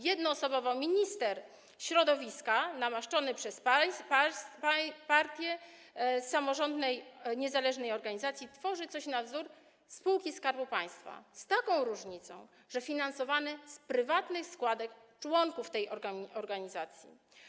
Jednoosobowo minister środowiska namaszczony przez partię z samorządnej i niezależnej organizacji tworzy coś na wzór spółki Skarbu Państwa, z taką różnicą, że jest to finansowane z prywatnych składek członków tej organizacji.